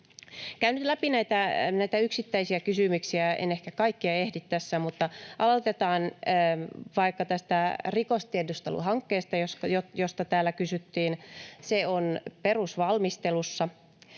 Käyn nyt läpi näitä yksittäisiä kysymyksiä. En ehkä kaikkia ehdi tässä, mutta aloitetaan vaikka tästä rikostiedusteluhankkeesta, josta täällä kysyttiin: Se on perusvalmistelussa.